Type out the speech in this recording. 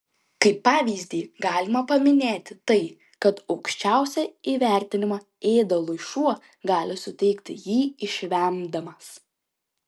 kaip pavyzdį galima paminėti tai kad aukščiausią įvertinimą ėdalui šuo gali suteikti jį išvemdamas